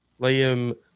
Liam